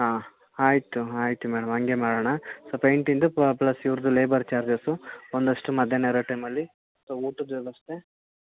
ಹಾಂ ಆಯಿತು ಆಯಿತು ಮೇಡಮ್ ಹಂಗೇ ಮಾಡೋಣ ಸೊ ಪೇಂಟಿಂದು ಪ್ಲಸ್ ಇವ್ರದ್ದು ಲೇಬರ್ ಚಾರ್ಜಸ್ಸು ಒಂದಷ್ಟು ಮಧ್ಯಾಹ್ನ ಇರೋ ಟೈಮಲ್ಲಿ ಊಟದ ವ್ಯವಸ್ಥೆ